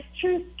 truth